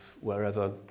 wherever